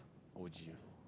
O_G you know